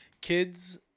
kids